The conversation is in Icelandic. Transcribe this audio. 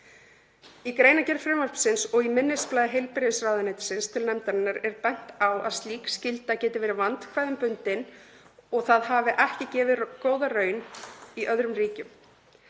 Í greinargerð frumvarpsins og í minnisblaði heilbrigðisráðuneytis til nefndarinnar er bent á að slík skylda geti verið vandkvæðum bundin og að það hafi ekki gefið góða raun í öðrum ríkjum.